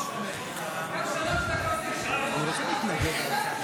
בבקשה, אדוני.